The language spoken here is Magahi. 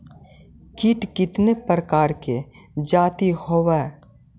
कीट कीतने प्रकार के जाती होबहय?